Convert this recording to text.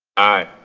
aye.